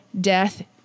death